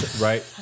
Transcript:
Right